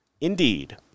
Indeed